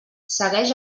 segueix